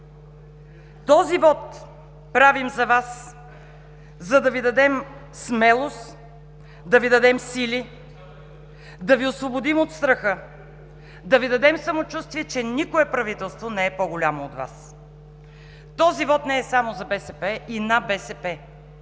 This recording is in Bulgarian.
Този вот правим за Вас, за да Ви дадем смелост, да Ви дадем сили, да Ви освободим от страха, да Ви дадем самочувствие, че никое правителство не е по-голямо от Вас. Този вот не е само за БСП и на БСП.